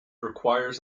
requires